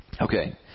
Okay